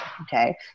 Okay